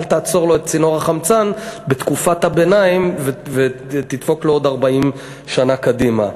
אל תעצור לו את צינור החמצן בתקופת הביניים ותדפוק לו עוד 40 שנה קדימה.